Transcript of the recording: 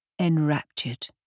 enraptured